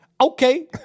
okay